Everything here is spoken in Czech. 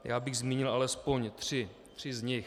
Já bych zmínil alespoň tři z nich.